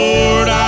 Lord